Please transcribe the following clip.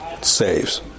saves